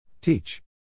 Teach